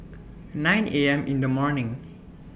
nine A M in The morning